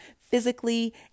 physically